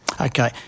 Okay